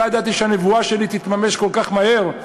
לא ידעתי שהנבואה שלי תתממש כל כך מהר,